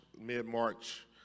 mid-March